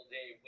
Day